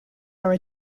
are